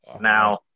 now